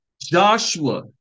Joshua